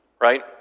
Right